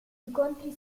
incontri